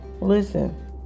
listen